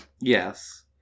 Yes